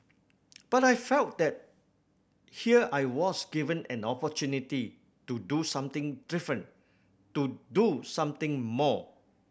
but I felt that here I was given an opportunity to do something different to do something more